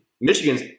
Michigan's